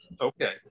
Okay